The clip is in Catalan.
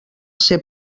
ser